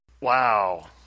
Wow